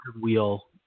wheel